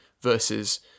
versus